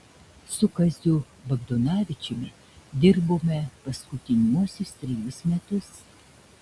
su kaziu bagdonavičiumi dirbome paskutiniuosius trejus metus